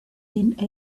and